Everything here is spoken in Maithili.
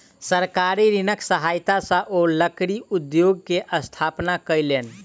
सरकारी ऋणक सहायता सॅ ओ लकड़ी उद्योग के स्थापना कयलैन